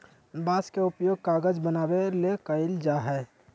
बांस के उपयोग कागज बनावे ले कइल जाय हइ